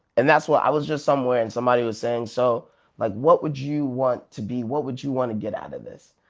and that's why i was just somewhere and somebody was saying, so like what would you want to be, what would you want to get out of this?